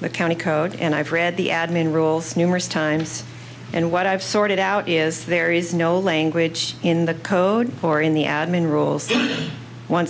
the county code and i've read the admin rules numerous times and what i've sorted out is there is no language in the code or in the admin rules one